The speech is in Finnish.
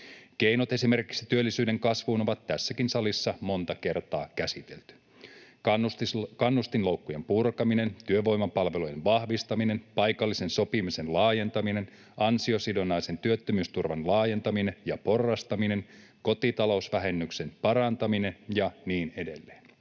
Keinoja esimerkiksi työllisyyden kasvuun on tässäkin salissa monta kertaa käsitelty: kannustinloukkujen purkaminen, työvoimapalvelujen vahvistaminen, paikallisen sopimisen laajentaminen, ansiosidonnaisen työttömyysturvan laajentaminen ja porrastaminen, kotitalousvähennyksen parantaminen ja niin edelleen.